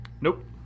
nope